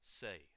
say